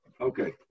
Okay